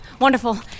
wonderful